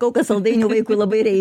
kol kas saldainių vaikui labai reikia